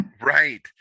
Right